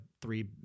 three